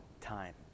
time